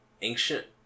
ancient